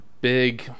big